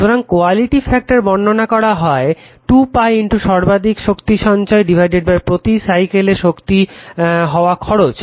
সুতরাং quality factor বর্ণনা করা হয় 2π × সর্বাধিক সঞ্চিত শক্তিপ্রতি সাইকেলে খরচ হওয়া শক্তি